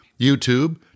YouTube